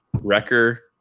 wrecker